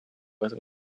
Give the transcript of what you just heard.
этом